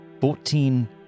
Fourteen